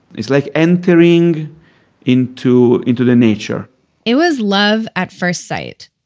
it's like entering into into the nature it was love at first sight.